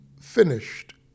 finished